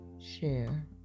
share